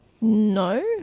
No